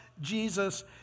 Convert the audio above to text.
Jesus